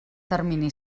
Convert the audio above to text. termini